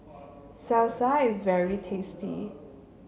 Salsa is very tasty